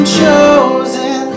chosen